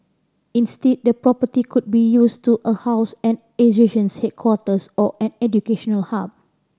instead the property could be used to a house an association's headquarters or an educational hub